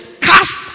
cast